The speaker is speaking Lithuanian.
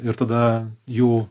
ir tada jų